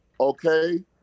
okay